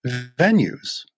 venues